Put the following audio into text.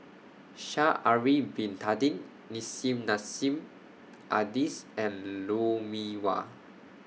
Sha'Ari Bin Tadin Nissim Nassim Adis and Lou Mee Wah